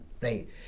right